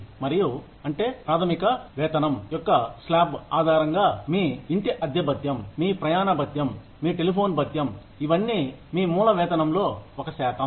మరియు అంటే ప్రాథమిక వేతనం యొక్క స్లాబ్ ఆధారంగా మీ ఇంటి అద్దె భత్యం మీ ప్రయాణ భత్యం మీ టెలిఫోన్ భత్యం ఇవన్నీ మీ మూల వేతనంలో ఒక శాతం